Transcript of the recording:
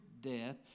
death